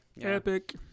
Epic